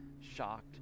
shocked